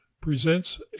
presents